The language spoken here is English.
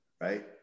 right